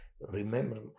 Remember